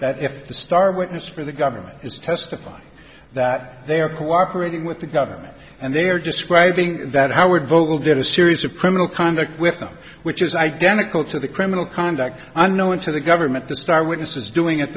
that if the star witness for the government has testified that they are cooperating with the government and they are describing that howard vogel did a series of criminal conduct with no which is identical to the criminal conduct unknown to the government the star witness is doing at